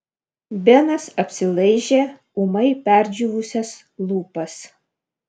benas apsilaižė ūmai perdžiūvusias lūpas